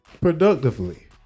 productively